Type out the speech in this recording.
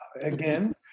Again